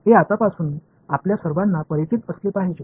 तर हे आत्तापासून आपल्या सर्वांना परिचित असले पाहिजे